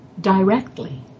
directly